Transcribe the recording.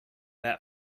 that